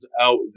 out